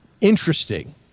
interesting